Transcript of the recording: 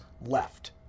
left